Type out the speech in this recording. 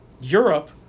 Europe